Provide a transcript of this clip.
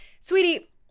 Sweetie